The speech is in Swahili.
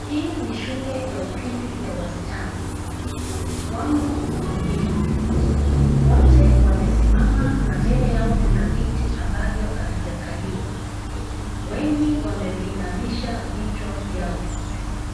Hii ni shule ya upili ya wsichana, wamo ukumbini. Wote wamesimama na mbele yao kuna viti ambavyo havijakaliwa. Wengi wameviinamisha vichwa vyao.